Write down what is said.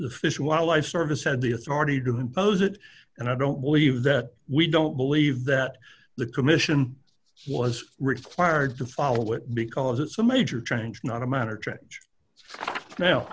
the fish and wildlife service had the authority to impose it and i don't believe that we don't believe that the commission was required to follow it because it's a major